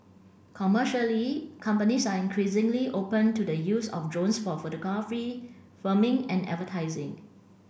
commercially companies are increasingly open to the use of drones for photography filming and advertising